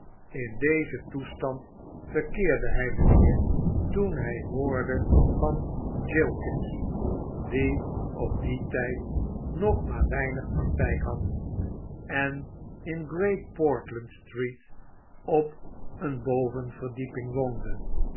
in dezen toestand verkeerde hij mijnheer toen hij hoorde van jilkins die op dien tijd nog maar weinig praktijk had en in great portland street op een bovenverdieping woonde